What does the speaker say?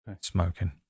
smoking